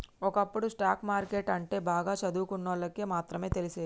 ఒకప్పుడు stock market అంటే బాగా చదువుకున్నోళ్ళకి మాత్రమే తెలిసేది